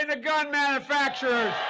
and gun manufacturers.